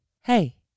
Hey